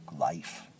life